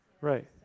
Right